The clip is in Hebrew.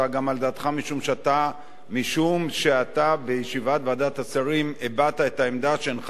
בישיבת ועדת השרים הבעת את העמדה שאינך מתנגד ושהדבר הזה ייפתר,